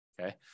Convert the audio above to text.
Okay